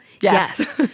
Yes